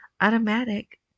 AUTOMATIC